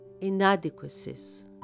inadequacies